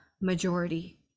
majority